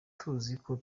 tuziko